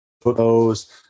photos